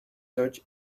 search